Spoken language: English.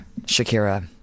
Shakira